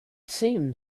seemed